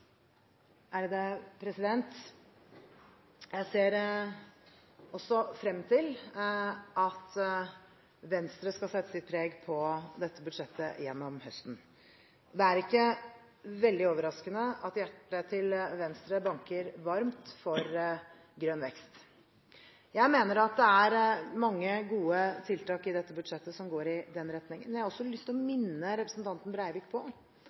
Jeg ser også frem til at Venstre skal sette sitt preg på dette budsjettet gjennom høsten. Det er ikke veldig overraskende at hjertet til Venstre banker varmt for grønn vekst. Jeg mener at det er mange gode tiltak i dette budsjettet som går i den retningen, men jeg har også lyst til å minne representanten Breivik på